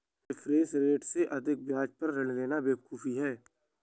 reference rate से अधिक ब्याज पर ऋण लेना बेवकूफी है